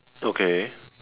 okay